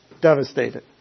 Devastated